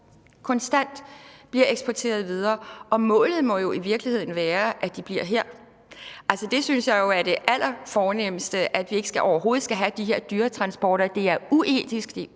konstant bliver eksporteret videre. Målet må jo i virkeligheden være, at de bliver her. Det synes jeg jo er det allerfornemste: at vi overhovedet ikke skal have de her dyretransporter. Det er uetisk.